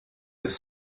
with